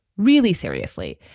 really seriously,